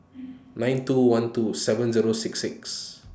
nine two one two seven Zero six six